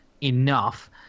enough